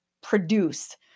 produce